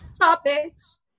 topics